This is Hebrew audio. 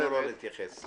בהזדמנות אחרת.